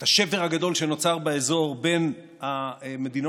את השבר הגדול שנוצר באזור בין המדינות